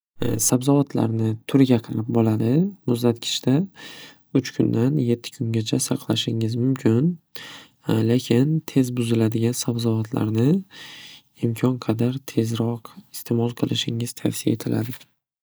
Sabzavotlarni turiga qarab bo'ladi. Muzlatkichda uch kundan yetti kungacha saqlashingiz mumkin. Lekin tez buziladigan sabzavotlarni imkon qadar tezroq iste'mol qilishingiz tavsiya etiladi.